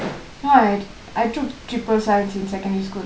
no I I took triple science in secondary school